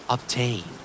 Obtain